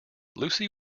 lucy